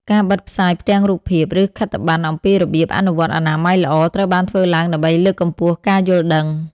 ការបិទផ្សាយផ្ទាំងរូបភាព ឬខិត្តប័ណ្ណអំពីរបៀបអនុវត្តអនាម័យល្អ ត្រូវបានធ្វើឡើងដើម្បីលើកកម្ពស់ការយល់ដឹង ។